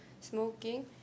smoking